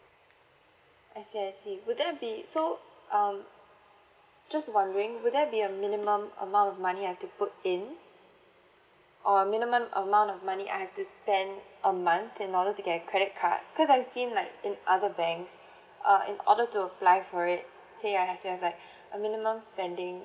I see I see would there be so um just wondering will there be a minimum amount of money I have to put in or minimum amount of money I have to spend a month in order to get a credit card because I've seen like in other banks uh in order to apply for it say I have to have like a minimum spending